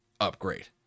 upgrade